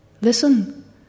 listen